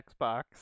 Xbox